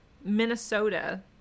Minnesota